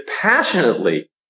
passionately